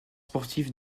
sportive